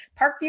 Parkview